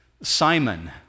Simon